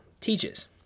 teaches